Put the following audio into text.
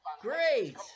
Great